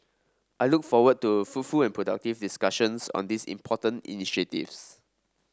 i look forward to fruitful and productive discussions on these important initiatives